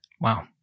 Wow